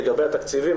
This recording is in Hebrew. לגבי התקציבים,